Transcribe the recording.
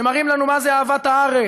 שמראים לנו מה זה אהבת הארץ,